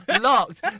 locked